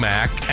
Mac